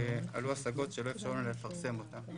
עלו הסגות שלא אפשרו לנו לפרסם אותם.